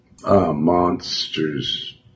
monsters